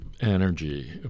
energy